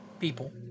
People